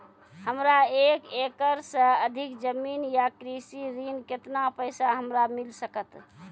हमरा एक एकरऽ सऽ अधिक जमीन या कृषि ऋण केतना पैसा हमरा मिल सकत?